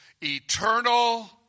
eternal